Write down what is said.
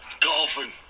golfing